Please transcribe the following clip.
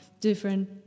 different